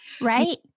Right